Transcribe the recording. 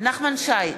נחמן שי,